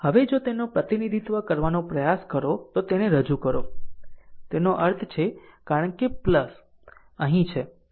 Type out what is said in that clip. હવે જો તેનો પ્રતિનિધિત્વ કરવાનો પ્રયાસ કરો તે તેને રજૂ કરો તેનો અર્થ છે કારણ કે અહીં છે